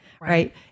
right